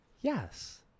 Yes